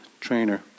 trainer